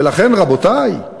ולכן, רבותי,